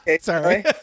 sorry